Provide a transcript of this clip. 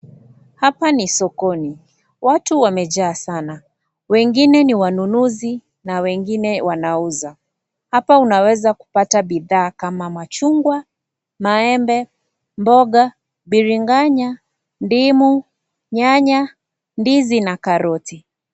Hapa ni sokoni, watu wamejaa sana, wengine ni wanunuzi na wengine wanauza. Hapa unaeza kupata bidhaa kama machungwa, maembe, mbonga, biringanya, ndimu, nyanya, ndizi na karoti.